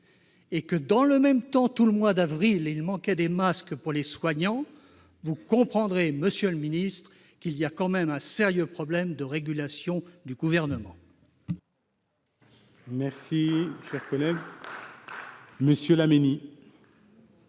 que, pendant tout le mois d'avril, il manquait des masques pour les soignants. Vous comprendrez, monsieur le ministre, qu'il y a tout de même un sérieux problème de régulation de la part